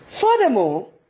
Furthermore